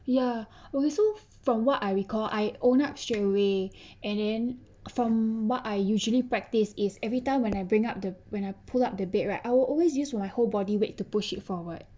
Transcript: ya okay so from what I recall I owned up straight away and then from what I usually practice is every time when I bring up the when I pulled up the bed right I will always use my whole body weight to push it forward